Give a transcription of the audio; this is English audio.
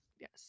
yes